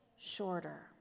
shorter